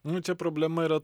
nu čia problema yra